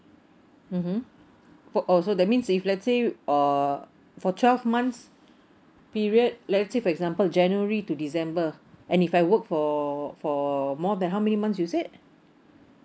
mmhmm both oh so that means if let's say uh for twelve months period let say for example january to december and if I work for for more than how many months you said